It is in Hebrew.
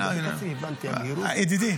מי ביקש ממך קצבאות?